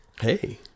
Hey